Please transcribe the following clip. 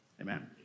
amen